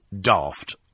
daft